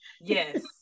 Yes